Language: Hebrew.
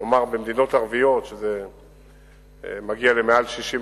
כלומר, במדינות ערביות הוא מגיע למעל 60%,